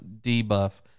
debuff